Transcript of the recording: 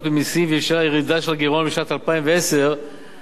בהכנסות ממסים ואפשרה ירידה של הגירעון בשנת 2010 ל-3.7%,